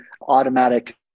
automatic